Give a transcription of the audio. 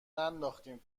ننداختیم